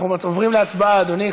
אנחנו עוברים להצבעה, אדוני.